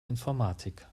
informatik